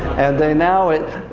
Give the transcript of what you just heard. and they now, it,